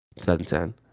2010